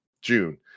June